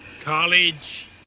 college